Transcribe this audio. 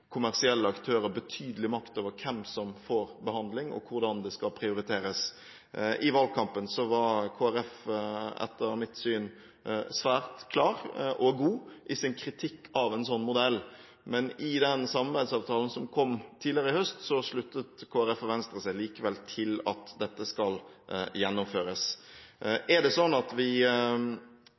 kommersielle aktører betydelig makt over hvem som får behandling – og hvordan det skal prioriteres. I valgkampen var Kristelig Folkeparti etter mitt syn svært klare og gode i sin kritikk av en slik modell, men i den samarbeidsavtalen som kom tidligere i høst, sluttet Kristelig Folkeparti og Venstre seg likevel til at dette skal gjennomføres. Er det slik at vi